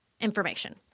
information